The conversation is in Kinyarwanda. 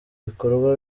bikorwa